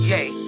Yay